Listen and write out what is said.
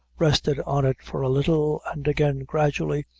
rested on it for a little, and again, gradually,